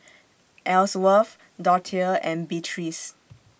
Ellsworth Dorthea and Beatrice